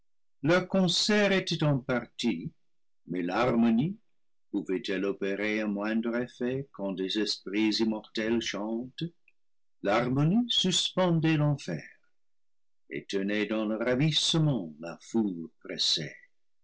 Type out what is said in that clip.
leur concert était en parties mais l'harmonie pouvait-elle opérer un moindre effet quand des esprits immortels chantent l'arbre suspendait l'enfer et tenait dans le ravissement la foule pressée